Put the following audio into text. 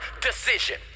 Decision